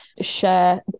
share